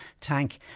tank